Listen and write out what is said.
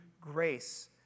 grace